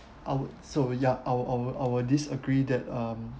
I would so ya I would I would I would disagree that um